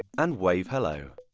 and wave hello!